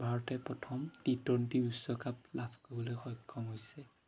ভাৰতে প্ৰথম T twenty বিশ্বকাপ লাভ কৰিবলৈ সক্ষম হৈছে